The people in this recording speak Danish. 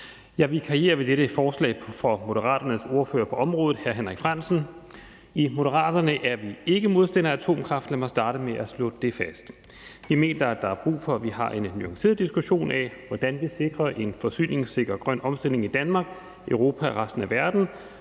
vikarierer ved dette forslag for Moderaternes ordfører på området, hr. Henrik Frandsen. I Moderaterne er vi ikke modstandere af atomkraft. Lad mig starte med at slå det fast. Vi mener, der er brug for, vi har en nuanceret diskussion af, hvordan vi sikrer en forsyningssikker grøn omstilling i Danmark, Europa og resten af verden,